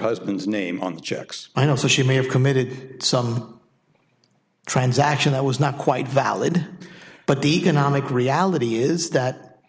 husband's name on the checks i know so she may have committed some transaction that was not quite valid but the economic reality is that